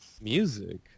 Music